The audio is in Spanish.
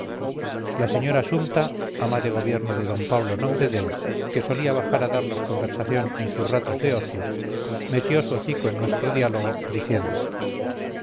la señora sumta ama de gobierno de don pablo nomdedeu que solía bajar a darnos conversación en sus ratos de ocio metió su hocico en nuestro diálogo diciendo